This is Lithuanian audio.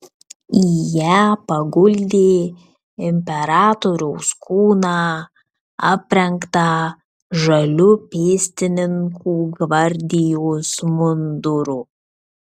į ją paguldė imperatoriaus kūną aprengtą žaliu pėstininkų gvardijos munduru